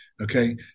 Okay